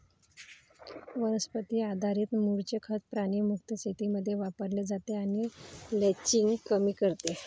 वनस्पती आधारित मूळचे खत प्राणी मुक्त शेतीमध्ये वापरले जाते आणि लिचिंग कमी करते